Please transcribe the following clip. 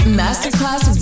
masterclass